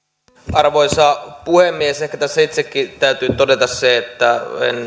arvoisa puhemies ehkä tässä itsekin täytyy todeta se että